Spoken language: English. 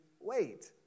wait